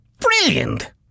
Brilliant